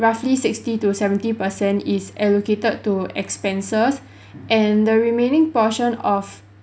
roughly sixty to seventy percent is allocated to expenses and the remaining portion of